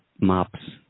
maps